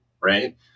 right